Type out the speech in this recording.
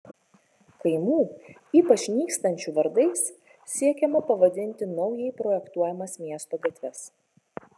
kaimų ypač nykstančių vardais siekiama pavadinti naujai projektuojamas miesto gatves